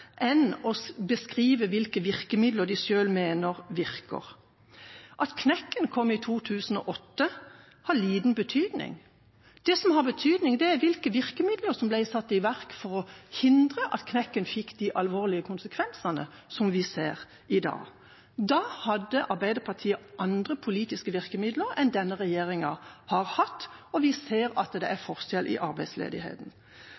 enn å beskrive hvilke virkemidler de selv mener virker. At knekken kom i 2008, har liten betydning. Det som har betydning, er hvilke virkemidler som ble satt i verk for å hindre at knekken fikk de alvorlige konsekvensene som vi ser i dag. Da hadde Arbeiderpartiet andre politiske virkemidler enn denne regjeringa har hatt, og vi ser at det